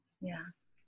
yes